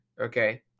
okay